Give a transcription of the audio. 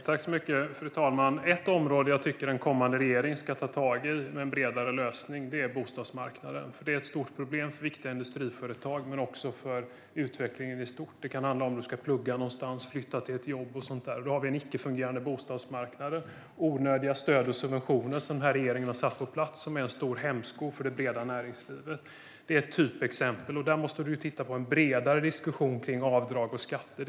Fru talman! Ett område som jag tycker att en kommande regering ska ta tag i med en bredare lösning är bostadsmarknaden. Den är ett stort problem för viktiga industriföretag, men också för utvecklingen i stort. Det kan handla om att du ska plugga någonstans, flytta till ett jobb eller något sådant. Vi har en icke fungerande bostadsmarknad, där onödiga stöd och subventioner, som den här regeringen har satt på plats, är en stor hämsko för det breda näringslivet. Detta är ett typexempel, och där måste vi titta på en bredare diskussion kring avdrag och skatter.